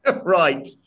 Right